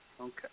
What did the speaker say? Okay